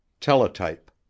teletype